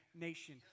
nation